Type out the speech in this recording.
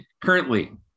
currently